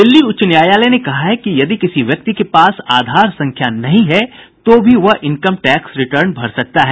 दिल्ली उच्च न्यायालय ने कहा है कि यदि किसी व्यक्ति के पास आधार संख्या नहीं है तो भी वह इनकम टैक्स रिटर्न भर सकता है